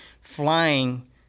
Flying